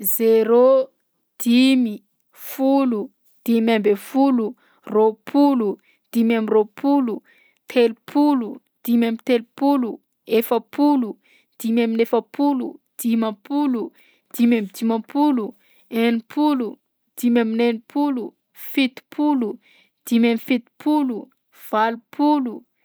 Zéro, dimy, folo, dimy amby folo, roapolo, dimy amby roapolo, telopolo, dimy amby telopolo, efapolo, dimy amin'efapolo, dimampolo, dimy am'dimampolo, enimpolo, dimy amin'enimpolo, fitopolo, dimy amby fitopolo, valopolo.